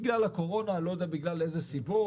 בגלל הקורונה אני לא יודע בגלל איזה סיבות